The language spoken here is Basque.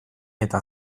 eta